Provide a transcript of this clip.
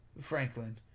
Franklin